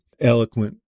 eloquent